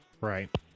Right